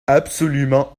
absolument